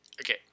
okay